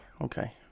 okay